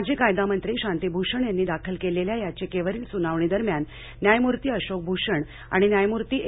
माजी कायदामंत्री शांती भूषण यांनी दाखल केलेल्या याचिकेवरील स्नावणीदरम्यान न्यायमूर्ती अशोक भूषण आणि न्यायमूर्ती ए